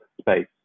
space